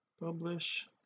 publish